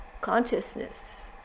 consciousness